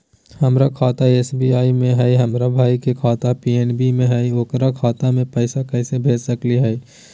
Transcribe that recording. हमर खाता एस.बी.आई में हई, हमर भाई के खाता पी.एन.बी में हई, ओकर खाता में पैसा कैसे भेज सकली हई?